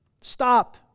stop